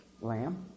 lamb